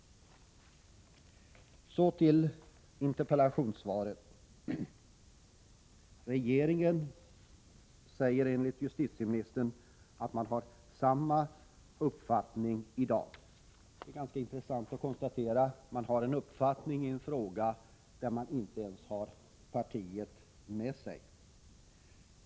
Så till interpellationssvaret. Regeringen säger enligt justitieministern att man har samma uppfattning i dag som tidigare. Det är ganska intressant att konstatera att man har en uppfattning i en fråga där man inte ens har partiet med sig.